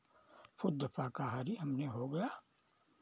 शुद्ध शाकाहारी हमने हो गया